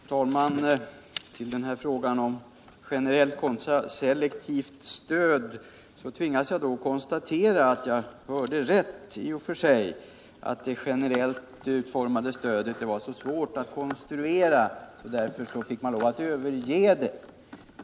Herr talman! När det gäller frågan om generellt kontra selektivt stöd tvingas jag konstatera att jag hörde rätt; det generellt utformade stödet var så svårt alt konstruera att man fick lov att överge det.